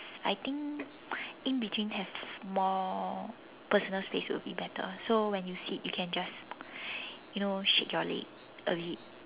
I think in between have more personal space would be better so when you sit you can just you know shake your leg a bit